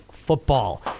football